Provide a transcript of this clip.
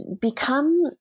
become